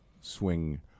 swing